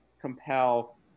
compel